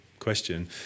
question